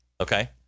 Okay